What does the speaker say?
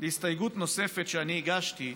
להסתייגות נוספת שאני הגשתי,